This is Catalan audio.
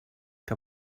que